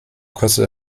kostet